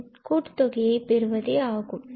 இதன் கூட்டுத்தொகையை பெறுவதே ஆகும்